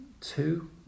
Two